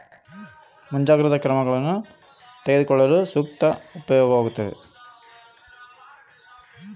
ಹವಾಮಾನ ಮಾಹಿತಿಯಿಂದ ಏನು ಪ್ರಯೋಜನ?